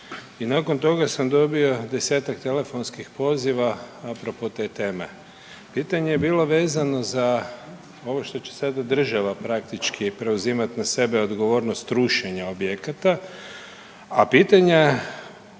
nakon toga sam dobio 10-tak telefonskih poziva apropo te teme. Pitanje je bilo vezano za ovo što će sad država praktički preuzimati na sebe odgovornost rušenja objekata, a pitanja